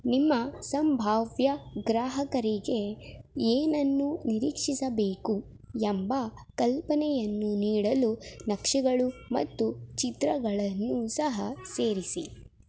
ನಿಮ್ಮ ಸಂಭಾವ್ಯ ಗ್ರಾಹಕರಿಗೆ ಏನನ್ನು ನಿರೀಕ್ಷಿಸಬೇಕು ಎಂಬ ಕಲ್ಪನೆಯನ್ನು ನೀಡಲು ನಕ್ಷೆಗಳು ಮತ್ತು ಚಿತ್ರಗಳನ್ನು ಸಹ ಸೇರಿಸಿ